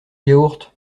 yaourt